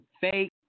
fake